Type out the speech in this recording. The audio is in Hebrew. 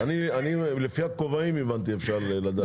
אני הבנתי שאפשר לדעת לפי הכובעים.